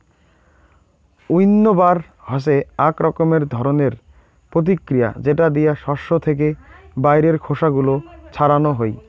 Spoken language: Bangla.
উইন্নবার হসে আক রকমের ধরণের প্রতিক্রিয়া যেটা দিয়া শস্য থেকে বাইরের খোসা গুলো ছাড়ানো হই